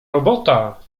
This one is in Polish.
robota